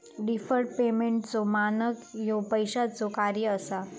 deferred पेमेंटचो मानक ह्या पैशाचो कार्य असा